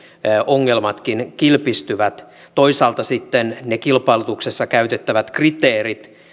ongelmatkin kilpistyvät toisaalta sitten ne kilpailutuksessa käytettävät kriteerit